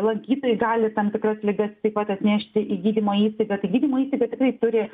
lankytojai gali tam tikras ligas taip pat atnešti į gydymo įstaigą tai gydymo įstaiga tikrai turi